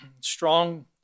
strong